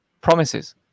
promises